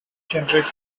generic